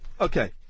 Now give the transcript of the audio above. okay